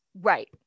Right